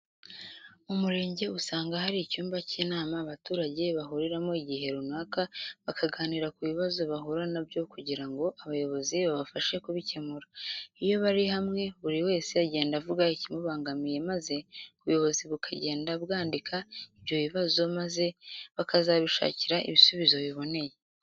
Mu murenge usanga hari icyumba cy'inama abaturage bahuriramo ighe runaka bakaganira ku bibazo bahura na byo kugira ngo abayobozi babafashe kubikemura. Iyo bari hamwe buri wese agenda avuga ikimubangamiye maze ubuyobozi bukagenda bwandika ibyo bibazo maze bakazabishakira ibisubizo biboneye.